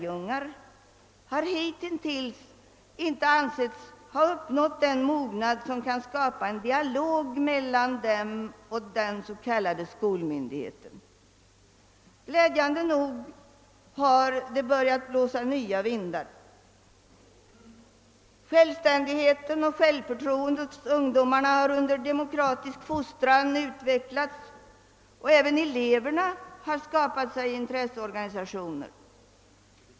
jungar — har hitintills inte ansetts ha uppnått den mognad, som kan skapa en dialog mellan dem och den s.k. skolmyndigheten. Glädjande nog har det börjat blåsa nya vindar. Självständigheten och självförtroendet hos ungdomarna har under demokratisk fostran utvecklats, och även eleverna har skaffat sig intresseorganisationer.